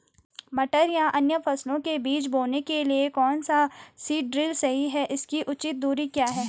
मटर या अन्य फसलों के बीज बोने के लिए कौन सा सीड ड्रील सही है इसकी उचित दूरी क्या है?